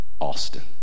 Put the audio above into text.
Austin